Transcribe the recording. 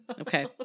Okay